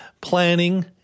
planning